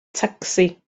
tacsi